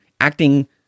acting